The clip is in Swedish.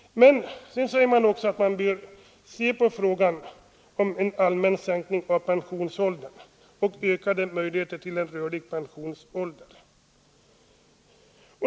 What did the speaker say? Men man säger också att man bör se på frågan om en allmän sänkning av pensionsåldern och ökade möjligheter till en rörlig pensionsålder.